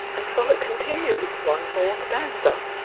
and so it continues one more stanza.